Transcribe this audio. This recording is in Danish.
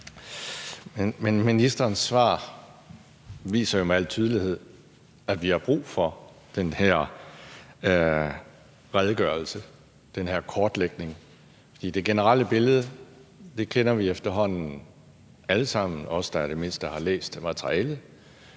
Ministerens svar viser jo med al tydelighed, at vi har brug for den her redegørelse, den her kortlægning. For det generelle billede kender vi efterhånden alle sammen – i det mindste os, der har læst materialet.